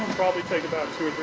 probably take about